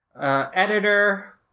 Editor